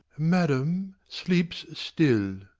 madam, sleeps still.